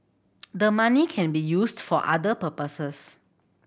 the money can be used for other purposes